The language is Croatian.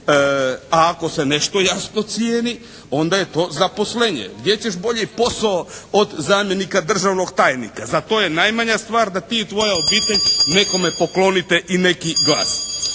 A ako se nešto jasno cijeni onda je to zaposlenje. Gdje ćeš bolji posao od zamjenika državnog tajnika? Za to je najmanja stvar da ti i tvoja obitelj nekome poklonite i neki glas.